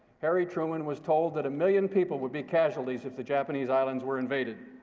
harry truman was told that a million people would be casualties if the japanese islands were invaded.